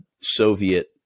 Soviet